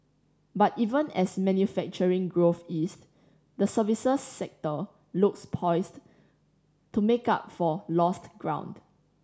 but even as manufacturing growth eased the services sector looks poised to make up for lost ground